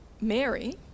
Mary